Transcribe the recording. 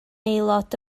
aelod